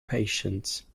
patients